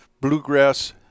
Bluegrass